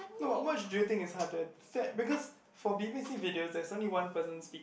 no no but what you think is harder say because for b_b_c video that there's only one person speaking